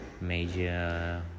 major